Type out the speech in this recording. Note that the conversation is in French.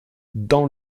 dans